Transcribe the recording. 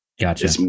Gotcha